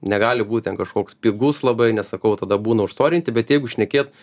negali būt ten kažkoks pigus labai nes sakau tada būna užstorinti bet jeigu šnekėt